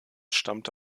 stammte